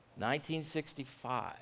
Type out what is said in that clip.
1965